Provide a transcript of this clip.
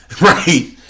right